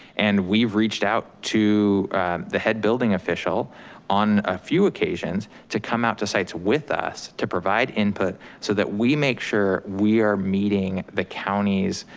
and we've reached out to the head building official on a few occasions to come out to sites with us to provide input so that we make sure we are meeting the county's